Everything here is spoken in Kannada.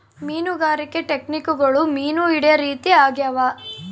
ಮೀನುಗಾರಿಕೆ ಟೆಕ್ನಿಕ್ಗುಳು ಮೀನು ಹಿಡೇ ರೀತಿ ಆಗ್ಯಾವ